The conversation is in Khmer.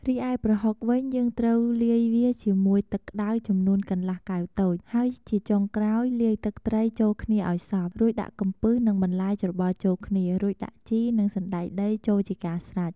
រីឯប្រហុកវិញ យើងត្រូវលាយវាជាមួយទឹកក្តៅចំនួនកន្លះកែវតូច ហើយជាចុងក្រោយលាយទឹកត្រីចូលគ្នាឱ្យសព្វ រួចដាក់កំពឹសនិងបន្លែច្របល់ចូលគ្នា រួចដាក់ជី និងសណ្ដែកដីចូលជាការស្រេច។